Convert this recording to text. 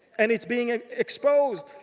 and it's being ah exposed,